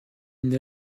une